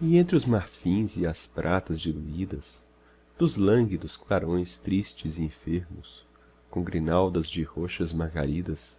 e entre os marfins e as pratas diluídas dos lânguidos clarões tristes e enfermos com grinaldas de roxas margaridas